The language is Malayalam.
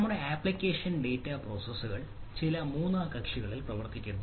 നമ്മളുടെ അപ്ലിക്കേഷൻ ഡാറ്റ പ്രോസസ്സുകൾ ചില മൂന്നാം കക്ഷികളിൽ പ്രവർത്തിക്കുന്നു